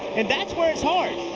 and that's where it starts.